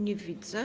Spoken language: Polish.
Nie widzę.